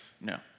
no